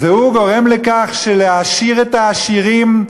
והוא גורם לכך, להעשיר את העשירים.